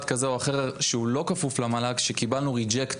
כזה או אחר שלא כפוף למל"ג וקיבלנו עליו ריג'קט.